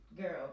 girl